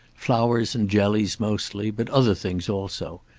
flowers and jellies mostly, but other things also.